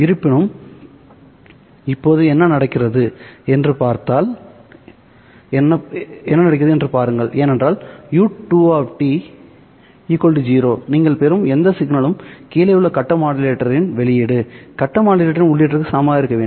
இருப்பினும் இப்போது என்ன நடக்கிறது என்று பாருங்கள் ஏனென்றால் u2 0 நீங்கள் பெறும் எந்த சிக்னலும் கீழேயுள்ள கட்ட மாடுலேட்டரின் வெளியீடு கட்ட மாடுலேட்டரின் உள்ளீட்டிற்கு சமமாக இருக்க வேண்டும்